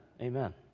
amen